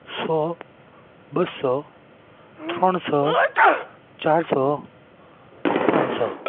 સો બસો ત્રણસો ચારસો પાંચસો